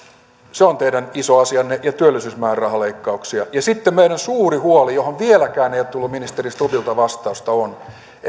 se on teidän iso asianne ja työllisyysmäärärahaleikkauksia sitten meidän suuri huolemme johon vieläkään ei ole tullut ministeri stubbilta vastausta on